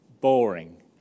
Boring